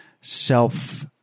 self